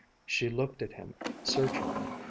she looked at him searchingly,